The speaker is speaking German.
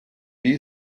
wie